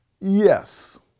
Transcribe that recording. yes